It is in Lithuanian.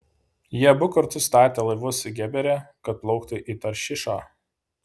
jie abu kartu statė laivus gebere kad plauktų į taršišą